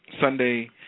Sunday